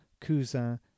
cousin